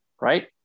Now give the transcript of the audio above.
right